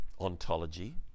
ontology